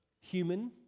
human